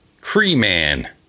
Cree-man